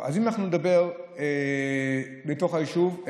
אם נדבר בתוך היישוב,